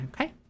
okay